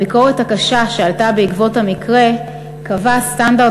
הביקורת הקשה שעלתה בעקבות המקרה קבעה סטנדרט